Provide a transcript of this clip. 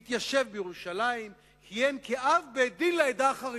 התיישב בירושלים, וכיהן כאב-בית-דין לעדה החרדית.